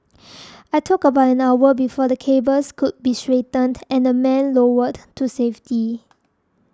it took about an hour before the cables could be straightened and the men lowered to safety